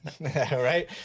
right